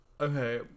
Okay